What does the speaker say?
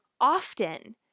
often